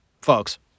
folks